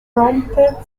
prompted